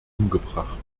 umgebracht